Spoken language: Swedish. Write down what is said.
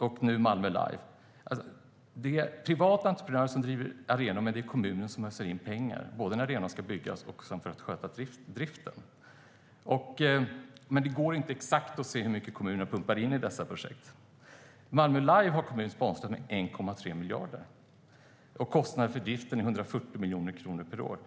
och nu Malmö Live. Det är privata entreprenörer som driver arenorna, men kommunen öser in pengar både när en arena ska byggas och sedan för att sköta driften. Men det går inte att se exakt hur mycket kommunerna pumpar in i dessa projekt. Malmö Live har kommunen sponsrat med 1,3 miljarder. Kostnaden för driften är 140 miljoner kronor per år.